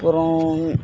அப்புறோம்